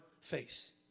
face